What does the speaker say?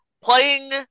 Playing